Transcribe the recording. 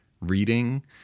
reading